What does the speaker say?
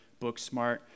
Booksmart